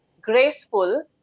graceful